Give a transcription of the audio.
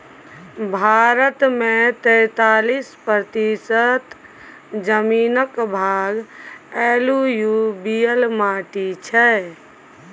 भारत मे तैतालीस प्रतिशत जमीनक भाग एलुयुबियल माटि छै